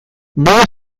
nola